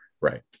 Right